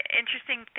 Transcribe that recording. interesting